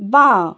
বাঁ